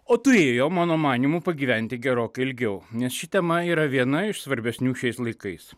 o turėjo mano manymu pagyventi gerokai ilgiau nes ši tema yra viena iš svarbesnių šiais laikais